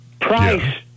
Price